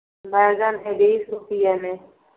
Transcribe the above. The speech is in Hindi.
बैगन है बीस रुपये में